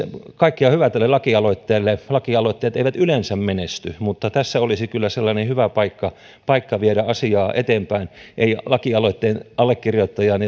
kaikkea hyvää tälle lakialoitteelle lakialoitteet eivät yleensä menesty mutta tässä olisi kyllä sellainen hyvä paikka paikka viedä asiaa eteenpäin ei lakialoitteen allekirjoittajan